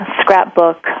scrapbook